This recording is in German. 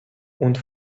und